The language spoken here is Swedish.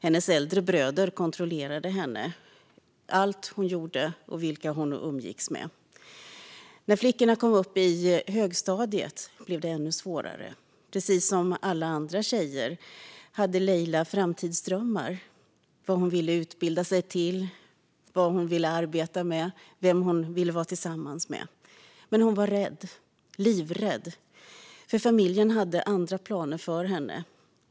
Hennes äldre bröder kontrollerade henne, allt hon gjorde och vilka hon umgicks med. När flickorna kom upp i högstadiet blev det ännu svårare. Precis som alla andra tjejer hade Leila framtidsdrömmar om vad hon ville utbilda sig till, vad hon ville arbeta med och vem hon ville vara tillsammans med. Men hon var rädd, livrädd, för familjen hade andra planer för henne.